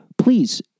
please